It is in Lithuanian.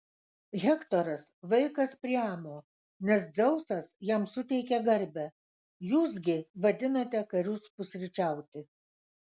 hektoras vaikas priamo nes dzeusas jam suteikė garbę jūs gi vadinate karius pusryčiauti